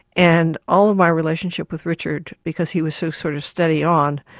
and all of my relationship with richard, because he was so sort of steady on,